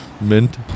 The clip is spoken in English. mint